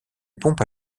pompe